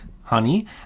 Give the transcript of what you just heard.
honey